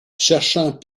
cherchant